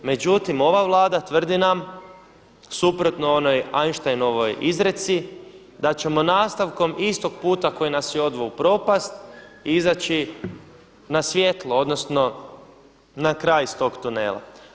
Međutim, ova Vlada tvrdi nam suprotno onoj Einsteinovoj izreci da ćemo nastavkom istog puta koje nas je i odveo u propast izaći na svjetlo, odnosno na kraj iz toga tunela.